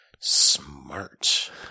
Smart